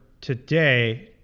today